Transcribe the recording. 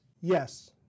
Yes